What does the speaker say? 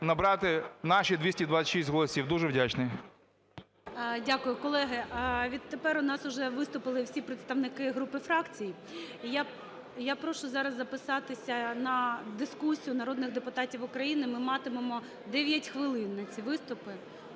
набрати наші 226 голосів. Дуже вдячний. ГОЛОВУЮЧИЙ. Дякую. Колеги, відтепер у нас уже виступили всі представники груп і фракцій, і я прошу зараз записатися на дискусію народних депутатів України. Ми матимемо 9 хвилин на ці виступи.